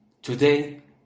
Today